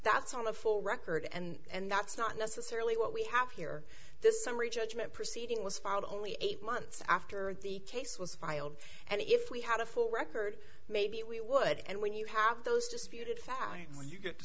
that's all a full record and that's not necessarily what we have here the summary judgment proceeding was filed only eight months after the case was filed and if we had a full record maybe we would and when you have those disputed fact when you get to